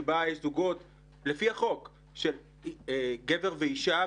שבה יש זוגות של גבר ואישה,